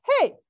hey